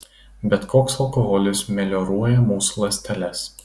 bet koks alkoholis melioruoja mūsų ląsteles